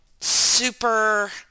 super